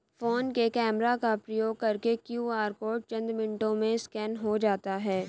phone के camera का प्रयोग करके क्यू.आर कोड चंद मिनटों में स्कैन हो जाता है